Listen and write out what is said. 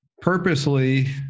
purposely